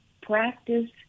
practice